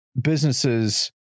businesses